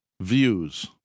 views